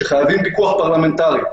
היא שחייבים פיקוח פרלמנטרי.